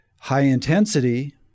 High-intensity